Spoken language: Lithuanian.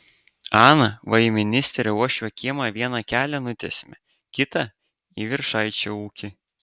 ana va į ministerio uošvio kiemą vieną kelią nutiesėme kitą į viršaičio ūkį